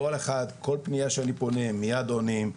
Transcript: כל אחד, כל פנייה שאני פונה, מייד עונים.